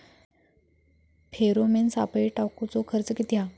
Pheromone सापळे टाकूचो खर्च किती हा?